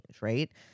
right